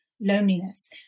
loneliness